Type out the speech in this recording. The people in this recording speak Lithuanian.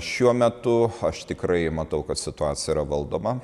šiuo metu aš tikrai matau kad situacija yra valdoma